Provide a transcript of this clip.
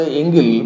ingil